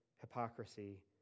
hypocrisy